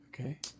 Okay